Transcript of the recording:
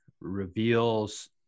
reveals